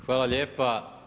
Hvala lijepa.